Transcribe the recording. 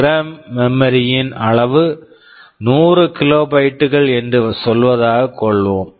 program program memory memory ன் அளவு 100 கிலோபைட்டுகள் kilobytes என்று சொல்வதாக கொள்வோம்